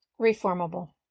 reformable